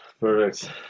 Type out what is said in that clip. Perfect